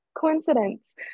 coincidence